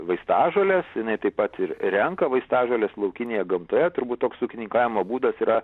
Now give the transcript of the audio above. vaistažoles jinai taip pat ir renka vaistažoles laukinėje gamtoje turbūt toks ūkininkavimo būdas yra